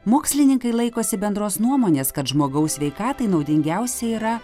mokslininkai laikosi bendros nuomonės kad žmogaus sveikatai naudingiausia yra